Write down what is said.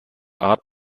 art